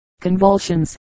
convulsions